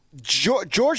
George